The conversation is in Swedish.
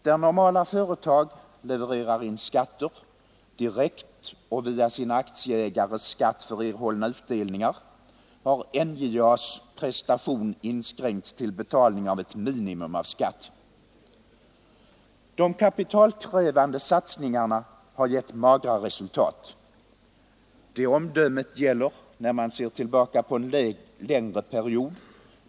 Där normala företag levererar in skatter, direkt och via sina aktieägares skatt för erhållna utdelningar, har NJA:s prestation inskränkts till betalning av ett minimum av skatt. De kapitalkrävande satsningarna har givit magra resultat. Det omdömet gäller när man ser tillbaka på en längre period.